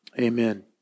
Amen